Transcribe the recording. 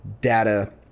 data